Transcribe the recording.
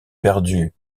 perdus